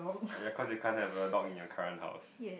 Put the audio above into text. oh ya cause you can't have a dog in your current house